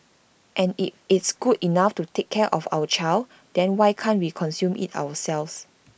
and if it's good enough to take care of our child then why can't we consume IT ourselves